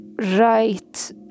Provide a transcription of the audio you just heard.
Right